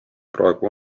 praegu